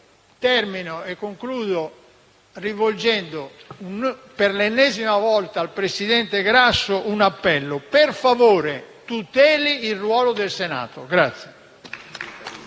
fatto. Concludo rivolgendo per l'ennesima volta al presidente Grasso un appello: per favore, tuteli il ruolo del Senato.